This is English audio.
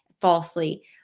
falsely